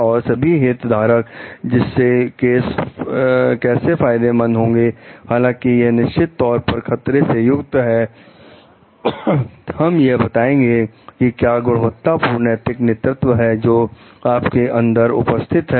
और सभी हित धारक इससे कैसे फायदेमंद होंगे हालांकि यह निश्चित तौर पर खतरे से युक्त है हम यह बताएंगे कि क्या गुणवत्तापूर्ण नैतिक नेतृत्व है जो आपके अंदर उपस्थित है